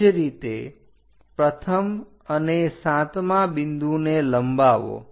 તે જ રીતે પ્રથમ અને સાતમા બિંદુને લંબાવો